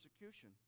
persecution